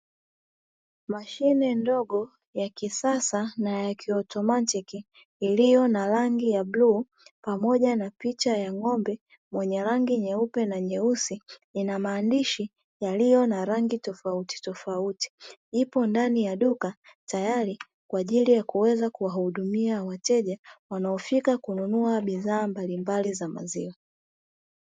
Mashine ndogo ya kisasa na ya kiautomatiki iliyo na rangi ya bluu pamoja na picha ya ng'ombe mwenye rangi nyeupe na nyeusi, ina maandishi yaliyo na rangi tofautitofauti. Ipo ndani ya duka tayari kwa ajili ya kuweza kuwahudumia wateja wanaofika kununua bidhaa mbalimbali za maziwa.